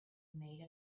made